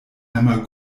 einmal